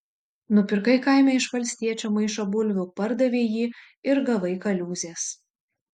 nupirkai kaime iš valstiečio maišą bulvių pardavei jį ir gavai kaliūzės